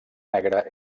negre